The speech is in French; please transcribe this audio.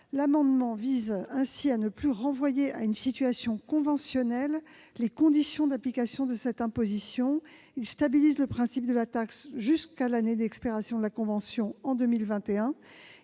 l'amendement vise à ne plus renvoyer à une situation conventionnelle les conditions d'application de cette imposition. Il tend à stabiliser le principe de la taxe jusqu'à l'année d'expiration de la convention, en 2021,